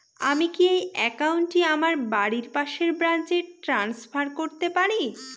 আমি কি এই একাউন্ট টি আমার বাড়ির পাশের ব্রাঞ্চে ট্রান্সফার করতে পারি?